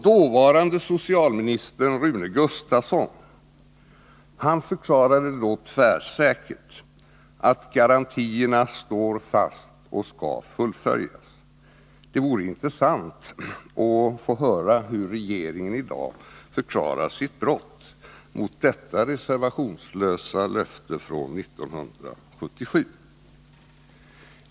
Dåvarande socialministern Rune Gustavsson förklarade då tvärsäkert att ”garantierna står fast och skall fullföljas”. Det vore intressant att få höra hur regeringen i dag förklarar sitt brott mot detta reservationslösa löfte från 1977.